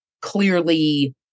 clearly